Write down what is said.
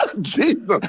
Jesus